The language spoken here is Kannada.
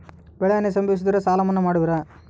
ಬೆಳೆಹಾನಿ ಸಂಭವಿಸಿದರೆ ಸಾಲ ಮನ್ನಾ ಮಾಡುವಿರ?